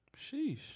Sheesh